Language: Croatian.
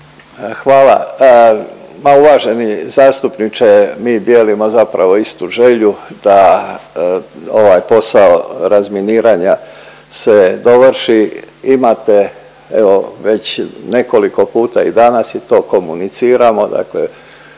Hvala. Ma uvaženi zastupniče mi dijelimo zapravo istu želju da ovaj posao razminiranja se dovrši. Imate evo već nekoliko puta i danas i to komuniciramo,